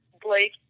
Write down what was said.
Blake